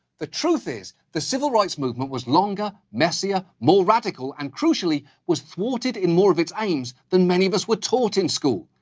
the truth is, the civil rights movement was longer, messier, more radical, and crucially, was thwarted in more of its aims than many of us were taught in school.